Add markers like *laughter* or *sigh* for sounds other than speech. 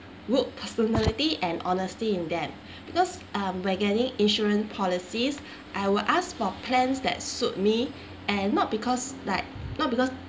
work personality and honesty in them *breath* because um when getting insurance policies I will ask for plans that suit me and not because like not because